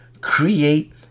create